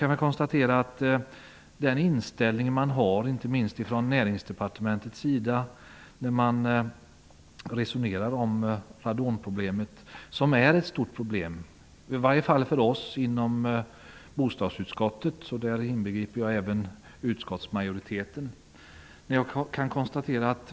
Näringsdepartementet har sin inställning till radonproblemet. Det är det ett stort problem, i alla fall för oss i bostadsutskottet, och då inbegriper jag även utskottsmajoriteten.